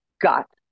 got